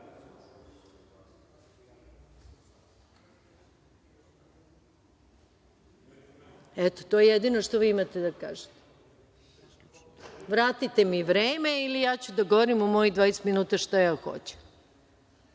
to je jedino što vi imate da kažete. Vratite mi vreme ili ja ću da govorim u mojih 20 minuta šta ja hoću. Ne,